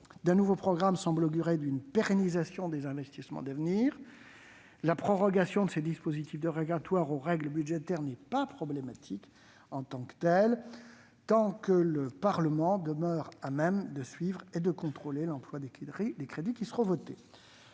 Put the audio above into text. d'un nouveau programme semble augurer d'une pérennisation des investissements d'avenir. La prorogation de ces dispositifs dérogatoires aux règles budgétaires n'est pas problématique en tant que telle, tant que le Parlement demeure à même de suivre et de contrôler l'emploi des crédits qui sont votés.